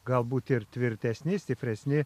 galbūt ir tvirtesni stipresni